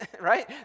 Right